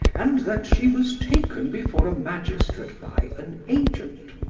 and that she was taken before a magistrate by an agent.